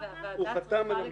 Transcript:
הוא חתם על המסמך.